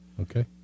Okay